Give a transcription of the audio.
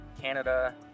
Canada